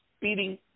beating